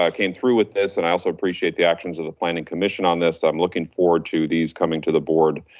came through with this and i also appreciate the actions of the planning commission on this, i'm looking forward to these coming to the board,